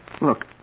Look